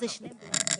זה שני תנאים,